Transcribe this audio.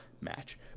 match